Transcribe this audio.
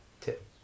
tip